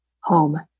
home